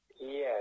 yes